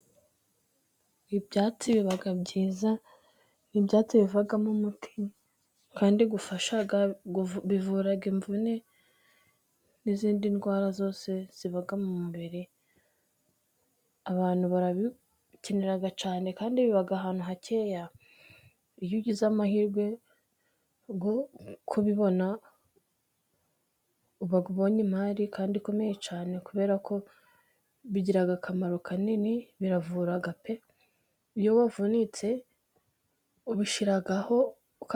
Ibyatsi biba byiza, ibyatsi bivamo umuti, kandi ufasha bivurara imvune n'izindi ndwara zose ziba mu mubiri. Abantu barabikenera cyane, kandi biba ahantu hakeya. Iyo ugize amahirwe yo kubibona, uba ubonye imari, kandi ikomeye cyane. Kubera ko bigira akamaro kanini biravura pe! Iyo wavunitse ubishiraho.